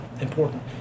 important